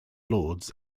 lords